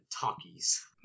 talkies